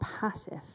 passive